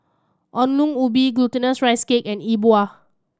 Ongol Ubi Glutinous Rice Cake and E Bua